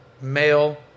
male